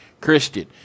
Christian